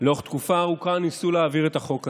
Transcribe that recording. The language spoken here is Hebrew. לאורך תקופה ארוכה ניסו להעביר את החוק הזה,